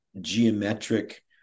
geometric